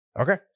Okay